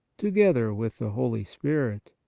together with the holy spirit.